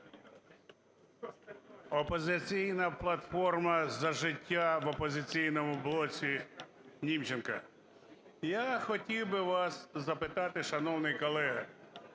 "Опозиційна платформа – За життя" в "Опозиційному блоці",Німченко. Я хотів би вас запитати, шановний колега.